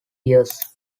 years